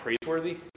praiseworthy